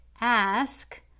ask